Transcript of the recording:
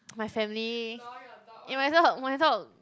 my family eh my dog my dog